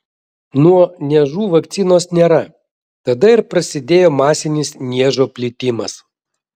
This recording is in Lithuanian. nuo niežų vakcinos nėra tada ir prasidėjo masinis niežo plitimas